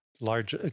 large